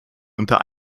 unter